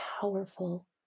powerful